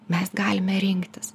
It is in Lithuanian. mes galime rinktis